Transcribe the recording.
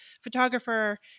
photographer